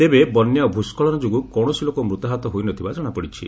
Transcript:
ତେବେ ବନ୍ୟା ଓ ଭ୍ୟସ୍କଳନ ଯୋଗୁଁ କୌଣସି ଲୋକ ମୃତାହତ ହୋଇନଥିବା ଜଣାପଡ଼ିଛି